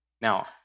Now